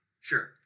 Sure